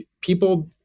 people